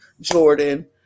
Jordan